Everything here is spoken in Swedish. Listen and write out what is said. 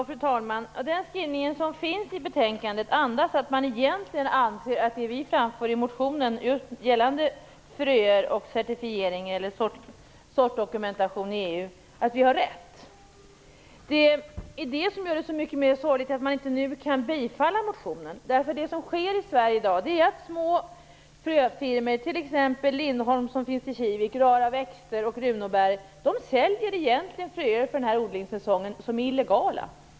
Fru talman! Skrivningen i betänkandet andas att man egentligen anser att det som vi framför i motionen om fröer, certifiering och sortdokumentation i EU är rätt. Det gör det så mycket mer sorgligt att man inte nu kan bifalla motionen. Det som sker i Sverige i dag är att små fröfirmor, t.ex. Lindbloms frö i Kivik, Rara Växter och Runåbergs fröer, säljer fröer för den här odlingssäsongen som är illegala.